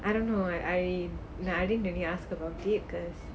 I don't know eh I like I think they did ask about it because